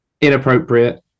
inappropriate